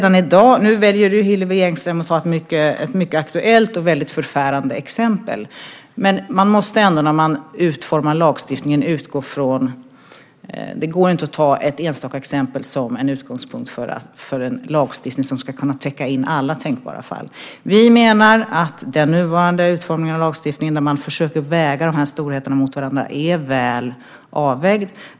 Nu väljer Hillevi Engström att ta ett mycket aktuellt och väldigt förfärande exempel. Men när lagstiftningen utformas går det inte att ta ett enstaka exempel som utgångspunkt för en lagstiftning som ska kunna täcka in alla tänkbara fall. Vi menar att nuvarande utformning av lagstiftningen - man försöker där väga de här storheterna mot varandra - är väl avvägd.